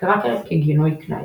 קראקר ככינוי גנאי